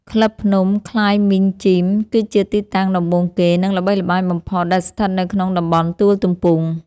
ក្លឹប ភ្នំ ក្លាយមីង ជីម គឺជាទីតាំងដំបូងគេ និងល្បីល្បាញបំផុតដែលស្ថិតនៅក្នុងតំបន់ទួលទំពូង។